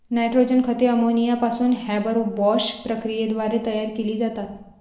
nitrogen खते ammonia पासून Haber Bosch प्रक्रियेद्वारे तयार केली जातात